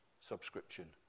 subscription